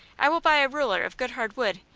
i will buy a ruler of good hard wood,